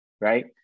right